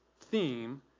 theme